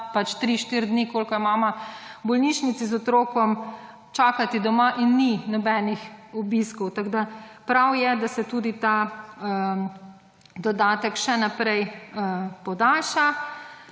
pač 3-4 dni, kolikor je imama v bolnišnici z otrokom, čakati doma in ni nobenih obiskov. Tako da prav je, da se tudi ta dodatek še naprej podaljša.